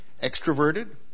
extroverted